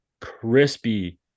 crispy